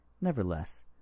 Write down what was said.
nevertheless